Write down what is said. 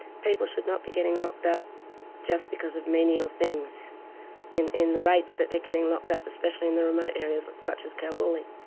people should not be getting locked up just because of menial things in in the rates that they're getting locked up, especially in the remote areas such such as kalgoorlie.